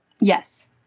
Yes